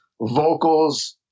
vocals